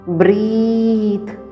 breathe